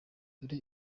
dore